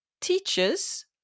teachers